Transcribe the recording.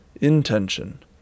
intention